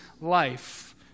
life